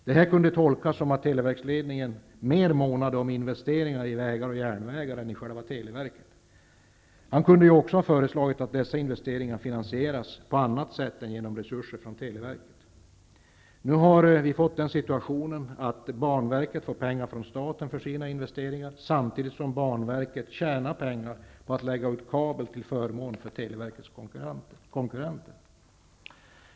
Detta kunde tolkas som att televerksledningen mer månade om investeringar i vägar och järnvägar än i televerket. Chefen kunde också ha föreslagit att dessa investeringar skall finansieras på annat sätt än genom resurser från televerket. Nu får t.ex. barnverket pengar från staten för sina investeringar, samtidigt som banverket tjänar pengar på att lägga ut kabel till förmån för televerkets konkurrenter.